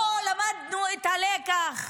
לא למדנו את הלקח?